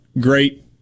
great